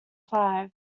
five